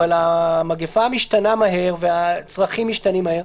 אבל המגפה משתנה מהר והצרכים משתנים מהר.